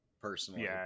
personally